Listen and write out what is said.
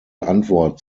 antwort